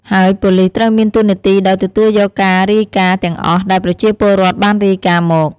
ហើយប៉ូលិសត្រូវមានតួនាទីដោយទទួលយកការរាយការណ៍ទាំងអស់ ដែលប្រជាពលរដ្ឋបានរាយការណ៍មក។